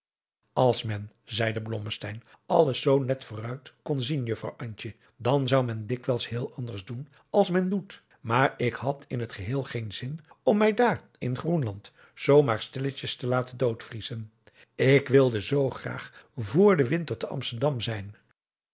als men zeide blommesteyn alles zoo net vooruit kon zien juffrouw antje dan zou men dikwijls heel anders doen als men doet maar ik had in het geheel geen zin om mij daar in groenland zoo maar stilletjes te laten doodvriezen ik wilde zoo graag vr den winter te amsterdam zijn